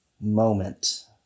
moment